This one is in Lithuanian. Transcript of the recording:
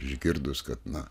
išgirdus kad na